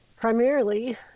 primarily